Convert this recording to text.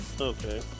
Okay